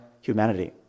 humanity